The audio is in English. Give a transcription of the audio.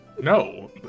No